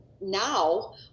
now